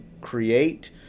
create